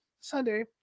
Sunday